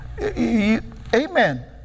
amen